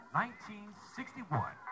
1961